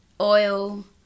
oil